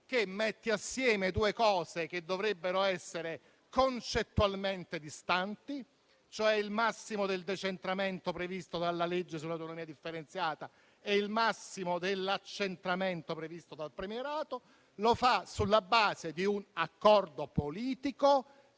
che mette insieme due cose che dovrebbero essere concettualmente distanti, cioè il massimo del decentramento previsto dal disegno di legge sull'autonomia differenziata e il massimo dell'accentramento previsto dal premierato, e lo fa sulla base di un accordo politico